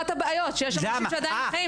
זו אחת הבעיות שיש אנשים שעדיין חיים.